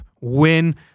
Win